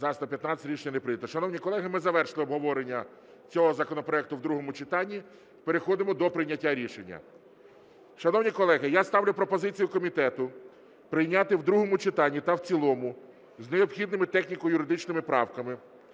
За-115 Рішення не прийнято. Шановні колеги, ми завершили обговорення цього законопроекту в другому читанні. Переходимо до прийняття рішення. Шановні колеги, я ставлю пропозицію комітету прийняти в другому читанні та в цілому з необхідними техніко-юридичними правками